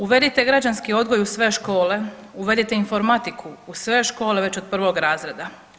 Uvedite građanski odgoj u sve škole, uvedite informatiku u sve škole već od 1. razreda.